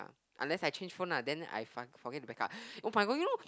unless I change phone lah then I find forget to back up oh-my-god you know